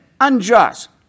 unjust